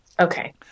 Okay